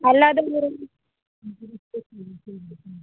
അല്ലാതെ വേറെ